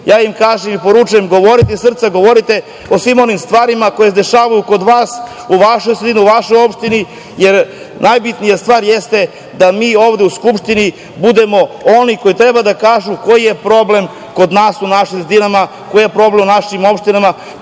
ja im kažem i preporučujem - govorite iz srca, govorite o svim onim stvarima koje se dešavaju kod vas, u vašoj sredini, u vašoj opštini, jer najbitnija stvar jeste da mi ovde u Skupštini budemo oni koji treba da kažu koji je problem kod nas, u našim sredinama, koji je problem u našim opštinama,